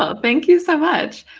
ah thank you so much.